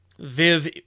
Viv